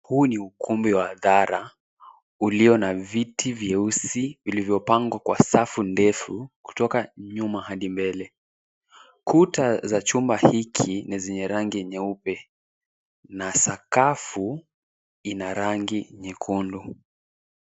Huu ni ukumbi wa hadhara ulio na viti vyeusi vilivyopangwa kwa safu ndefu kutoka nyuma hadi mbele. Kuta za chumba hiki ni zenye rangi nyeupe na sakafu ina rangi nyekundu.